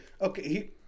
Okay